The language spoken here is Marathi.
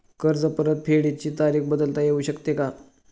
कर्ज परतफेडीची तारीख बदलता येऊ शकते का?